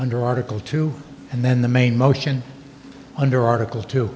under article two and then the main motion under article t